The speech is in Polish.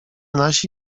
nasi